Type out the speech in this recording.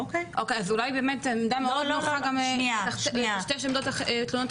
אז אולי באמת זו עמדה מאוד נוחה גם לטשטש תלונות אחרות.